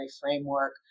framework